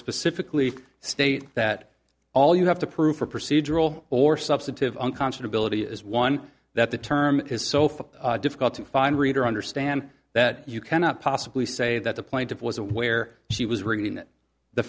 specifically state that all you have to prove for procedural or substantive unconscionably is one that the term is sofa difficult to find read or understand that you cannot possibly say that the plaintiff was aware she was reading it the